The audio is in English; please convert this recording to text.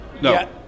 No